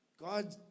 God